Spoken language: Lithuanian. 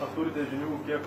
ar turite žinių kiek